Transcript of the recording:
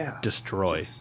destroy